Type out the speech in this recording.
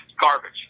garbage